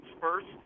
first